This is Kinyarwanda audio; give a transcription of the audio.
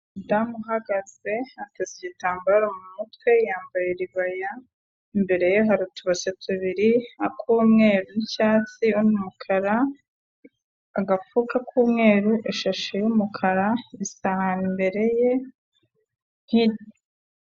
Umudamu uhagaze ateze igitambaro mu mutwe yambaye ilbaya imbere ye hari utubase tubiri akumweru n'icyatsi n'umukara agapfuka k'umweru eshashi yumukara isahani imbere ye, nk